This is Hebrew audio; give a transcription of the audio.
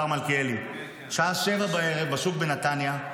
השר מלכיאלי: שעה 19:00 בשוק בנתניה,